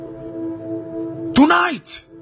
Tonight